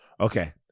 Okay